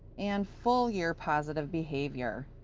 and full year positive behavior.